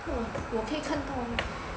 !huh! 我可以看到